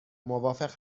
موافق